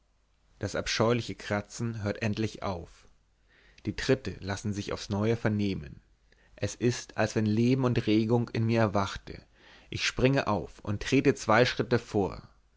das abscheuliche kratzen hört endlich auf die tritte lassen sich aufs neue vernehmen es ist als wenn leben und regung in mir erwachte ich springe auf und trete zwei schritte vor